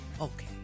Okay